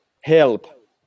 help